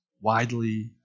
widely